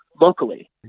locally